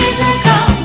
Physical